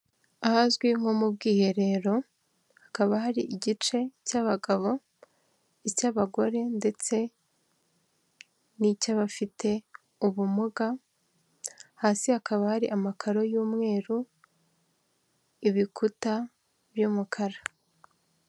Ahazwi nko mu bwiherero hakaba hari igice cy'abagabo, icy'abagore ndetse n'icy'abafite ubumuga, hasi hakaba hari amakaro y'umweru, ibikuta by'umukara.